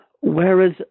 Whereas